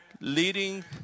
leading